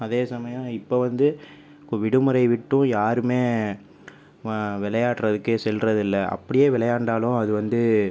அதே சமயம் இப்போ வந்து விடுமுறை விட்டும் யாருமே விளையாடுறத்துக்கே செல்வது இல்லை அப்படியே விளையாண்டாலும் அது வந்து